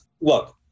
Look